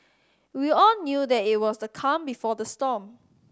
we all knew that it was the calm before the storm